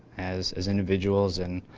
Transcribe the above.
as as individuals, and